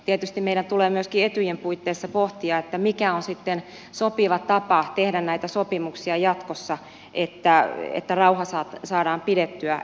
tietysti meidän tulee myöskin etyjin puitteissa pohtia mikä on sitten sopiva tapa tehdä näitä sopimuksia jatkossa että rauha saadaan pidettyä euroopassa